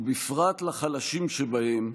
ובפרט לחלשים שבהם,